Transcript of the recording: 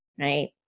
Right